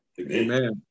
Amen